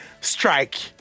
strike